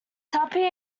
tuppy